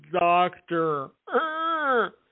doctor